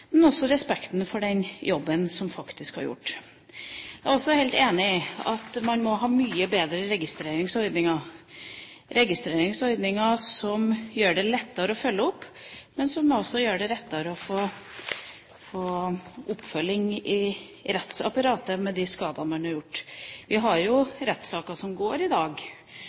men også om respekten for den jobben som faktisk er gjort. Jeg er også helt enig i at man må ha mye bedre registreringsordninger – registreringsordninger som gjør det lettere å følge opp, men som også gjør det lettere å få oppfølging i rettsapparatet med de skadene man har fått. Vi har jo rettssaker som går i dag